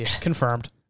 confirmed